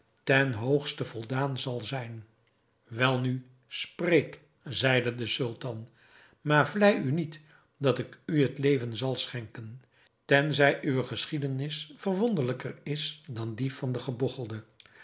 ten hoogste voldaan zal zijn welnu spreek zeide de sultan maar vlei u niet dat ik u het leven zal schenken tenzij uwe geschiedenis verwonderlijker is dun die van den